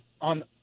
on